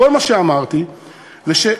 כל מה שאמרתי זה,